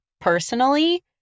personally